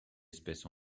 espèce